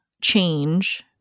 change